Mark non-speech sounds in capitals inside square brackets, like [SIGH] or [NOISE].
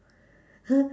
[LAUGHS]